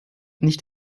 nicht